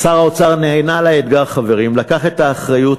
שר האוצר נענה לאתגר, חברים, לקח את האחריות,